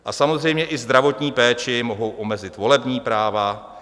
A samozřejmě i zdravotní péči, mohou omezit volební práva.